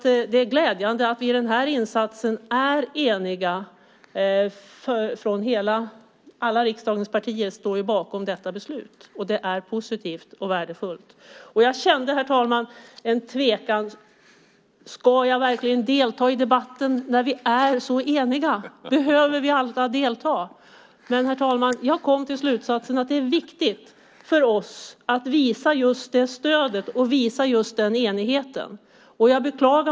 Det är glädjande att alla riksdagens partier står bakom förslaget. Det är positivt och värdefullt. Jag tvekade inför att gå upp i debatten och funderade över om alla behövde delta när vi är eniga, men jag kom till slutsatsen att det är viktigt att vi visar vårt stöd och vår enighet.